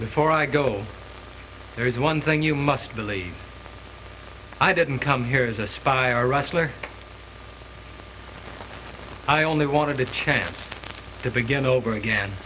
before i go there is one thing you must believe i didn't come here is a spy wrestler i only wanted a chance to begin over again